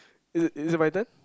is it is it my turn